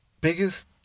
Biggest